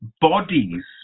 bodies